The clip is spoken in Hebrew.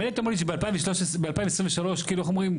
מילא היית אומר לי שב-2023 כאילו איך אומרים,